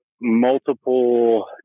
multiple